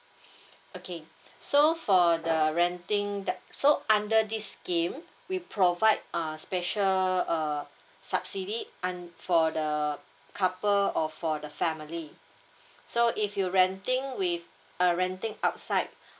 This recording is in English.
okay so for the renting that so under this scheme we provide a special uh subsidy un~ for the couple or for the family so if you renting with uh renting outside